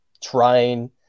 trying